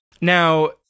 Now